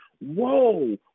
Whoa